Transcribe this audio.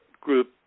group